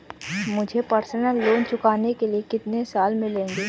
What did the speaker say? मुझे personal loan चुकाने के लिए कितने साल मिलेंगे?